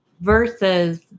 versus